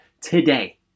today